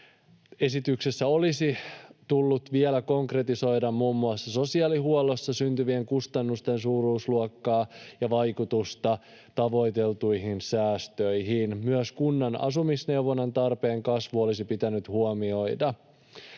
Esityksessä olisi tullut vielä konkretisoida muun muassa sosiaalihuollossa syntyvien kustannusten suuruusluokkaa ja vaikutusta tavoiteltuihin säästöihin. Myös kunnan asumisneuvonnan tarpeen kasvu olisi pitänyt huomioida.